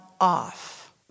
off